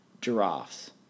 giraffes